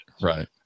Right